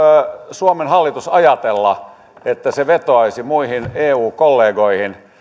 suomen hallitus ajatella että se vetoaisi muihin eu kollegoihin